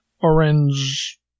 orange